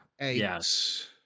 Yes